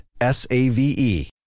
S-A-V-E